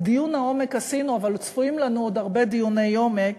את דיון העומק עשינו אבל צפויים לנו עוד הרבה דיוני עומק,